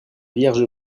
vierge